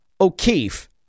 O'Keefe